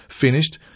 finished